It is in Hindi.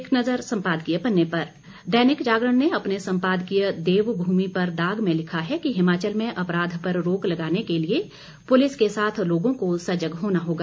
एक नजर संपादकीय पन्ने पर दैनिक जागरण ने अपने संपादकीय देवभूमि पर दाग में लिखा है कि हिमाचल में अपराध पर रोक लगाने के लिए पुलिस के साथ लोगों को सजग होना होगा